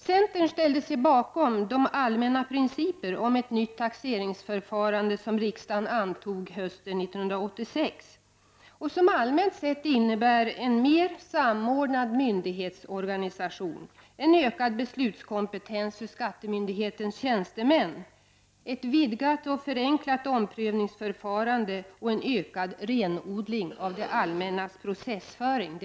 Centern ställde sig bakom de allmänna principer om ett nytt taxeringsförfarande som riksdagen antog hösten 1986 och som allmänt sett innebär en mer samordnad myndighetsorganisation, en ökad beslutskompetens för skattemyndighetens tjänstemän, ett vidgat och förenklat omprövningsförfarande och en ökad renodling av det allmännas processföring.